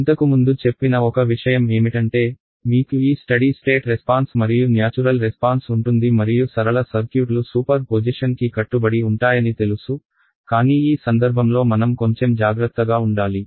ఇంతకుముందు చెప్పిన ఒక విషయం ఏమిటంటే మీకు ఈ స్టడీ స్టేట్ రెస్పాన్స్ మరియు న్యాచురల్ రెస్పాన్స్ ఉంటుంది మరియు సరళ సర్క్యూట్లు సూపర్ పొజిషన్ కి కట్టుబడి ఉంటాయని తెలుసు కానీ ఈ సందర్భంలో మనం కొంచెం జాగ్రత్తగా ఉండాలి